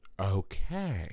Okay